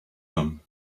them